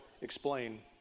explain